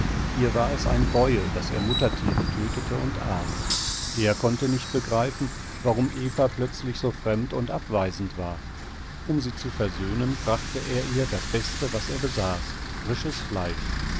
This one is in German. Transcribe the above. ihr war es ein greuel daß er muttertiere tötete und aß er konnte nicht begreifen warum eva plötzlich so fremd und abweisend war um sie zu versöhnen brachte er ihr das beste was er besaß frisches fleisch